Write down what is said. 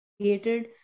created